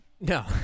No